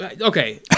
Okay